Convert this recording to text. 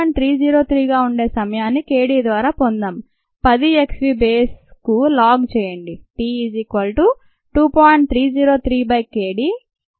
303 గా ఉండే సమయాన్ని k d ద్వారా పొందాం 10 x v బేస్ కు లాగ్ చేయండి